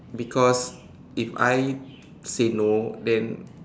because if I say no then